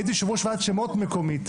הייתי יושב ראש ועדת שמות מקומית,